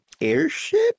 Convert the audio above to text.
airship